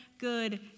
good